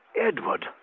Edward